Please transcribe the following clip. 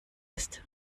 ist